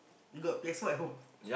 got P_S-four at home